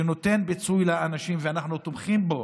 שנותן פיצוי לאנשים, ואנחנו תומכים בו,